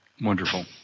Wonderful